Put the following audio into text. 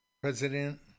president